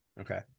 Okay